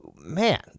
man